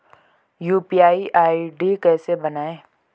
UPI ID कैसे बनाएं?